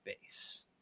base